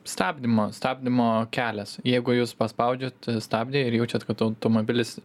stabdymo stabdymo kelias jeigu jūs paspaudžiat stabdį ir jaučiat kad automobilis